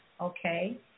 okay